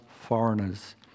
foreigners